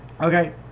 Okay